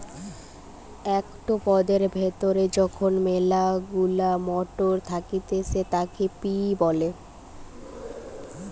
একটো পদের ভেতরে যখন মিলা গুলা মটর থাকতিছে তাকে পি বলে